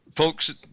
Folks